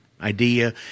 idea